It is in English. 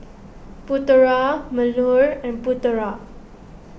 Putera Melur and Putera